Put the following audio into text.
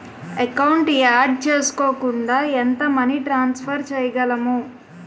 Account add చేయకుండా ఎంత money transfer చేయగలము?